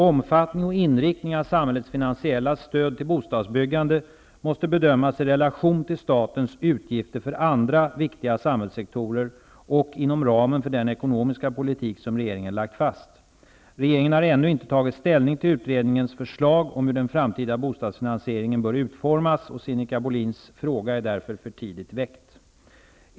Omfattning och inriktning av samhällets finansiella stöd till bostadsbyggande måste bedömas i relation till statens utgifter för andra viktiga samhällssektorer och inom ramen för den ekonomiska politik som regeringen lagt fast. Regeringen har ännu inte tagit ställning till utredningens förslag om hur den framtida bostadsfinansieringen bör utformas, och Sinikka Bohlins fråga är därför för tidigt väckt.